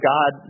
God